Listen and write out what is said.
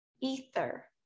ether